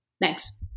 Thanks